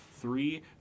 three